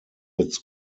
its